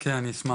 כן, אני אשמח.